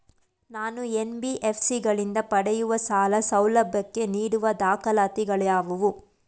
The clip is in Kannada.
ನಾನು ಎನ್.ಬಿ.ಎಫ್.ಸಿ ಗಳಿಂದ ಪಡೆಯುವ ಸಾಲ ಸೌಲಭ್ಯಕ್ಕೆ ನೀಡುವ ದಾಖಲಾತಿಗಳಾವವು?